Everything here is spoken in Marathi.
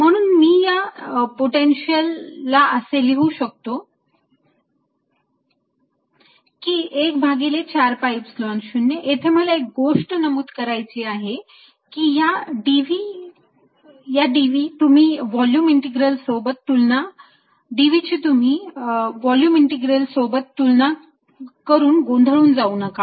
म्हणून मी हे पोटेन्शिअल असे लिहू शकतो की 1 भागिले 4 pi Epsilon 0 मला इथे एक गोष्ट नमूद करायची आहे की तुम्ही या dv व्हॉल्युम इंटीग्रल सोबत तुलना करून गोंधळून जाऊ नका